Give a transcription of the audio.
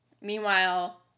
Meanwhile